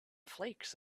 flakes